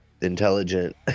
intelligent